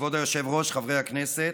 כבוד היושב-ראש, חברי הכנסת,